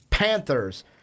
Panthers